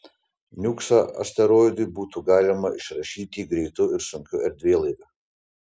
niuksą asteroidui būtų galima išrašyti greitu ir sunkiu erdvėlaiviu